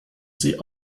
sie